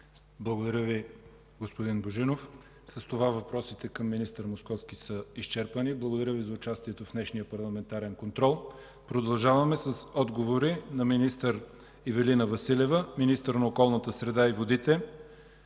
Благодаря Ви, господин Божинов. С това въпросите към министър Московси са изчерпани. Благодаря Ви за участието в днешния парламентарен контрол. Продължаваме с отговори на министър Ивелина Василева – министър на околната среда и водите.